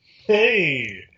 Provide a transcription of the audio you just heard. Hey